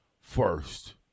first